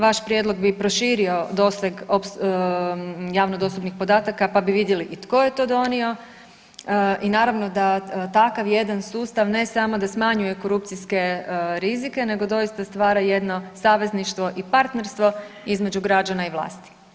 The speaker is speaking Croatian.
Vaš prijedlog bi proširio doseg javno dostupnih podataka pa bi vidjeli i tko je to donio i naravno da takav jedan sustav ne samo da smanjuje korupcijske rizike nego doista stvara jedno savezništvo i partnerstvo između građana i vlasti.